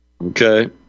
Okay